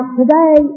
today